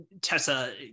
Tessa